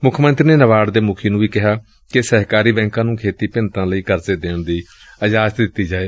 ਮੁੱਖ ਮੰਤਰੀ ਨੇ ਨਾਬਾਰਡ ਦੇ ਮੁਖੀ ਨੂੰ ਵੀ ਕਿਹਾ ਕਿ ਸਹਿਕਾਰੀ ਬੈਂਕਾਂ ਨੂੰ ਖੇਤੀ ਭਿੰਨਤਾ ਲਈ ਕਰਜ਼ੇ ਦੇਣ ਦੀ ਇਜਾਜ਼ਤ ਦਿੱਤੀ ਜਾਏ